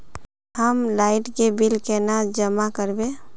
हम लाइट के बिल केना जमा करबे?